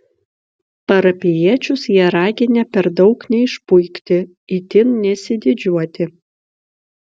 parapijiečius jie raginę per daug neišpuikti itin nesididžiuoti